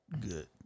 good